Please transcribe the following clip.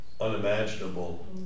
unimaginable